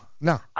no